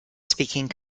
speaking